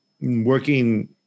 working